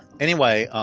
anyway,